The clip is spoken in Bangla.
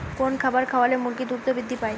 কোন খাবার খাওয়ালে মুরগি দ্রুত বৃদ্ধি পায়?